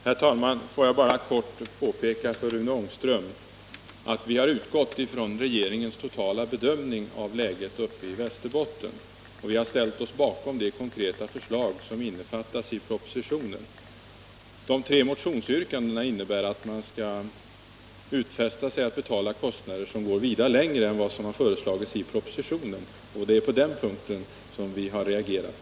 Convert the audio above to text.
Herr talman! Låt mig bara helt kort påpeka för Rune Ångström, att vi har utgått från regeringens totala bedömning av läget i Västerbotten och ställt oss bakom propositionens konkreta förslag. De tre motionsyrkandena innebär att riksdagen skall utfästa sig att betala kostnader, som är vida högre än vad som har föreslagits i propositionen. Det är på den punkter: vi har reagerat.